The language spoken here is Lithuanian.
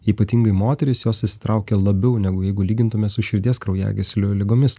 ypatingai moterys jos įsitraukia labiau negu jeigu lygintume su širdies kraujagyslių ligomis